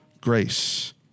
grace